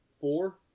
Four